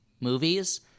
movies